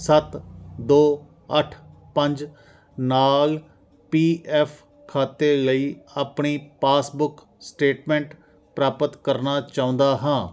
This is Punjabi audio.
ਸੱਤ ਦੋ ਅੱਠ ਪੰਜ ਨਾਲ ਪੀ ਐੱਫ ਖਾਤੇ ਲਈ ਆਪਣੀ ਪਾਸਬੁੱਕ ਸਟੇਟਮੈਂਟ ਪ੍ਰਾਪਤ ਕਰਨਾ ਚਾਹੁੰਦਾ ਹਾਂ